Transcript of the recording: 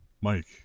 Mike